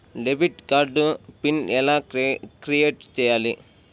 Debit card pin ఎలా create చెయ్యాలి?